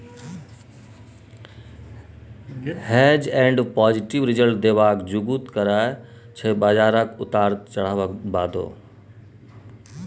हेंज fund positive result देबाक जुगुत करय छै बजारक उतार चढ़ाबक बादो